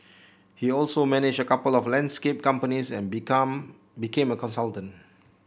he also managed a couple of landscape companies and become became a consultant